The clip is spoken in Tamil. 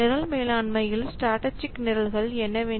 நிரல் மேலாண்மையில் ஸ்ட்ராடஜிக் நிரல்கள் என்னவென்று